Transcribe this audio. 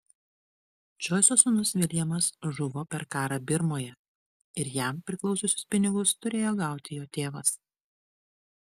džoiso sūnus viljamas žuvo per karą birmoje ir jam priklausiusius pinigus turėjo gauti jo tėvas